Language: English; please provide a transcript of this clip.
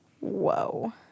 Whoa